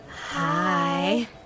Hi